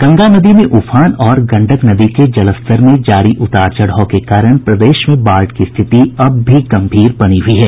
गंगा नदी में उफान और गंडक नदी के जलस्तर में जारी उतार चढ़ाव के कारण प्रदेश में बाढ़ की स्थिति अब भी गंभीर बनी हुई है